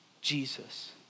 Jesus